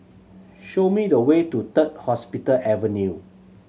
show me the way to Third Hospital Avenue